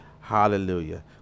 Hallelujah